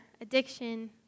addiction